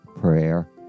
prayer